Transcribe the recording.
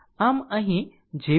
આમ અહીં જે પણ મળ્યું